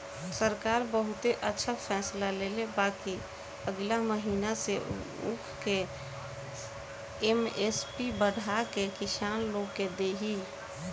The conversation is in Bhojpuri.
सरकार बहुते अच्छा फैसला लेले बा कि अगिला महीना से उ ऊख के एम.एस.पी बढ़ा के किसान लोग के दिही